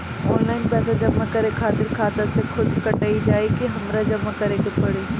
Online पैसा जमा करे खातिर खाता से खुदे कट जाई कि हमरा जमा करें के पड़ी?